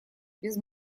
без